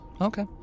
Okay